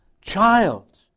child